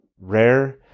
rare